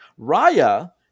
Raya